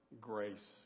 grace